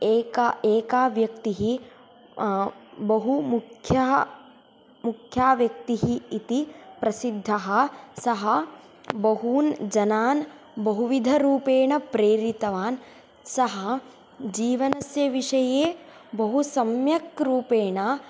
एक एका व्यक्तिः बहुमुख्यः मुख्याव्यक्तिः इति प्रसिद्धः सः बहून् जनान् बहुविधरूपेण प्रेरितवान् सः जीवनस्य विषये बहु सम्यक्रूपेण